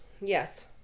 yes